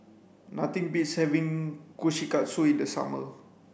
nothing beats having Kushikatsu in the summer